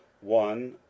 one